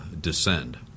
descend